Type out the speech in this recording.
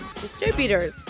distributors